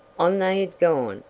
on they had gone,